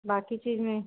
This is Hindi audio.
बाकी चीज़ में